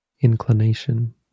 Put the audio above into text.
inclination